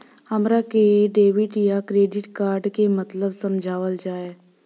हमरा के डेबिट या क्रेडिट कार्ड के मतलब समझावल जाय?